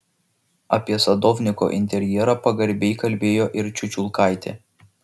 apie sadovniko interjerą pagarbiai kalbėjo ir čiučiulkaitė